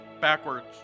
backwards